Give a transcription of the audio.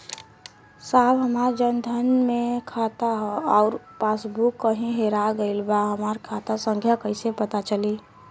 साहब हमार जन धन मे खाता ह अउर पास बुक कहीं हेरा गईल बा हमार खाता संख्या कईसे पता चली?